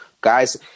guys